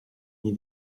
nie